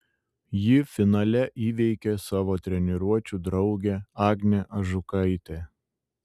ji finale įveikė savo treniruočių draugę agnę ažukaitę